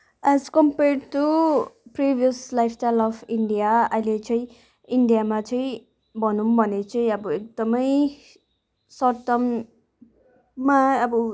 as compare to previous lifestyle of India अहिले चाहिँ इन्डियामा चाहिँ भनौँ भने चाहिँ अब एकदमै सर्ट टर्ममा अब